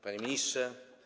Panie Ministrze!